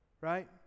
right